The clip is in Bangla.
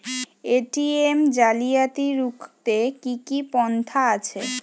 এ.টি.এম জালিয়াতি রুখতে কি কি পন্থা আছে?